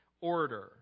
order